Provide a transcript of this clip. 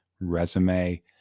resume